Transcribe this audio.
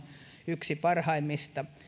yksi parhaimmista